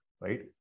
right